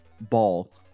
Ball